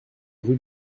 rue